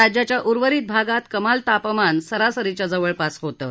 राज्याच्या उर्वरित भागात कमाल तापमान सरासरीच्या जवळपास होतं